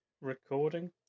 recording